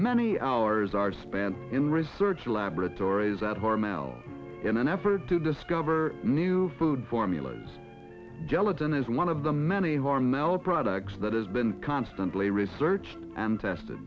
many hours are spent in research laboratories are hormel in an effort to discover new food formulas gelatin is one of the many hormel products that has been constantly researched and tested